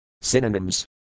SYNONYMS